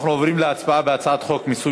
אנחנו עוברים להצבעה על הצעת חוק מיסוי